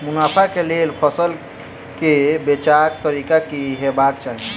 मुनाफा केँ लेल फसल केँ बेचबाक तरीका की हेबाक चाहि?